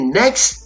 next